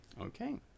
Okay